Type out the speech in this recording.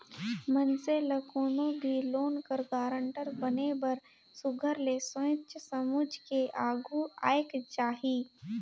मइनसे ल कोनो भी लोन कर गारंटर बने बर सुग्घर ले सोंएच समुझ के आघु आएक चाही